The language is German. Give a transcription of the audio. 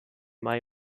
mai